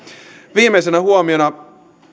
viimeisenä huomiona